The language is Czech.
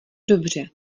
dobře